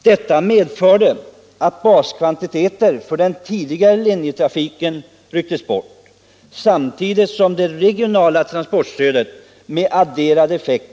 Detta medförde att vissa baskvantiteter för den tidigare linjetrafiken rycktes bort, samtidigt som det regionala transportstödet trädde i kraft med adderad effekt.